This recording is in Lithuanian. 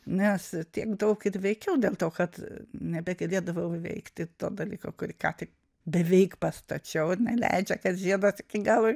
nes tiek daug kad veikiau dėl to kad nebegalėdavau įveikti to dalyko kurį ką tik beveik pastačiau ir neleidžia kad žiedas iki galo